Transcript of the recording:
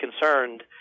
concerned